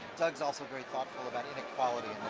doug's also very thoughtful about inequality